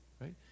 right